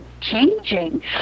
changing